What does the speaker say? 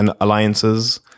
alliances